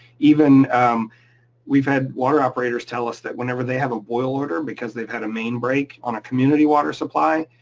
even we've had water operators tell us that whenever they have a boil order because they've had a main break on a community water supply,